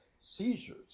seizures